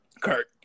Kurt